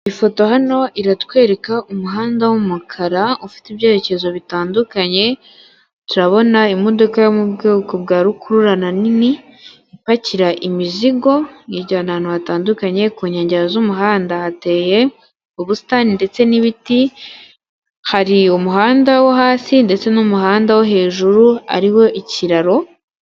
Ifoto hano iratwereka umuhanda w'umukara ufite ibyerekezo bitandukanye, turabona imodoka yo mu bwoko bwa rukururana nini, ipakira imizigo ijyana ahantu hatandukanye ku nkengero z'umuhanda hateye ubusitani, ndetse n'ibiti, hari umuhanda wo hasi ndetse n'umuhanda wo hejuru ari wo ikiraro.